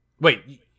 Wait